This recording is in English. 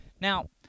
Now